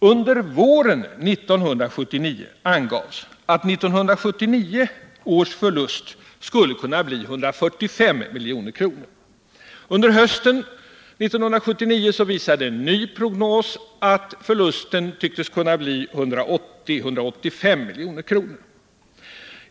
Under våren 1979 angavs att 1979 års förlust skulle kunna bli 145 milj.kr. Under hösten visade en ny prognos att förlusten syntes kunna bli 180-185 milj.kr.